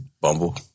Bumble